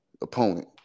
opponent